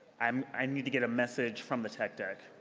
i'm i'm need to get a message from the tech deck.